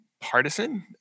partisan